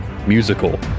musical